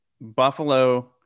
Buffalo